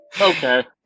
okay